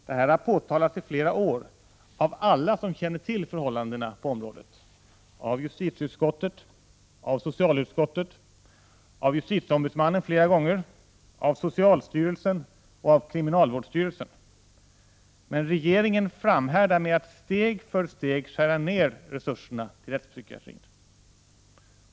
Detta har påtalats i flera år av alla som känner till förhållandena på området, av justitieutskottet, socialutskottet, justitieombudsmannen — flera gånger —, socialstyrelsen och kriminalvårdsstyrelsen. Men regeringen framhärdar i att steg för steg skära ner resurserna till rättspsykiatrin.